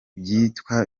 bito